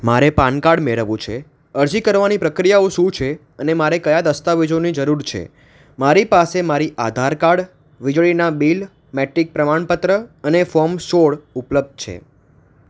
મારે PAN card મેળવવું છે અરજી કરવાની પ્રક્રિયાઓ શું છે અને મારે કયા દસ્તાવેજોની જરૂર છે મારી પાસે મારી આધાર કાડ વીજળીનાં બિલ મેટ્રિક પ્રમાણપત્ર અને ફોમ સોળ ઉપલબ્ધ છે